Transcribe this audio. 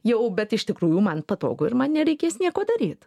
jau bet iš tikrųjų man patogu ir man nereikės nieko daryt